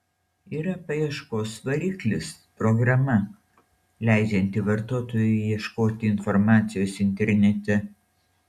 yra paieškos variklis programa leidžianti vartotojui ieškoti informacijos internete